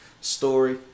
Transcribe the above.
story